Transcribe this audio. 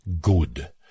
Good